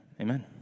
amen